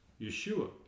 Yeshua